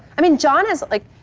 i mean john is like